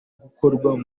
gukorwa